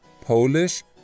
Polish